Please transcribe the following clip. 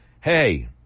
hey